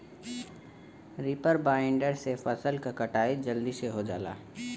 reaper binder से फसल क कटाई जलदी से हो जाला